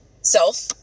self